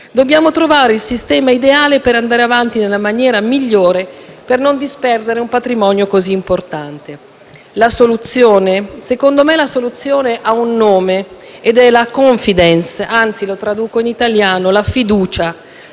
dobbiamo trovare il sistema ideale per andare avanti nella maniera migliore per non disperdere un patrimonio così importante. La soluzione? Secondo me ha un nome: *confidence*; anzi, lo traduco in italiano: la fiducia.